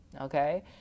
okay